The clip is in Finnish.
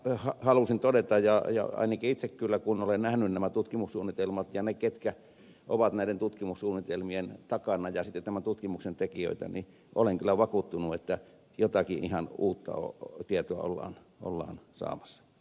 tämän halusin todeta ja ainakin itse kyllä kun olen nähnyt nämä tutkimussuunnitelmat ja ne ketkä ovat näiden tutkimussuunnitelmien takana ja tämän tutkimuksen tekijöinä olen vakuuttunut että jotakin ihan uutta tietoa ollaan saamassa